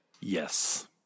Yes